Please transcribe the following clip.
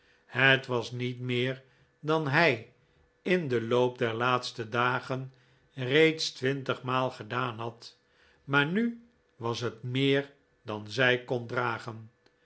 het was niet meer dan hij in den loop der laatste dagen reeds twintig maal gedaan had maar nu was het meer dan zij kon dragen